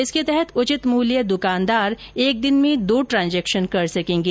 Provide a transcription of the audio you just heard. इसके तहत उचित मूल्य दुकानदार एक दिन में दो ट्रांजेक्शन कर सकेंगे